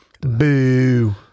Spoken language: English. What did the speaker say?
Boo